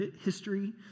history